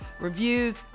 Reviews